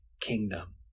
kingdom